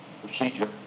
procedure